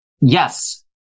Yes